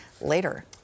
later